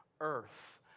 earth